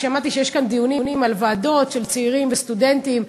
כי שמעתי שיש כאן דיונים על ועדות של צעירים וסטודנטים.